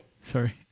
Sorry